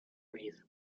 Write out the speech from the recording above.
wreath